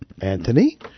Anthony